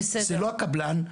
זה לא הקבלן,